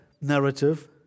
narrative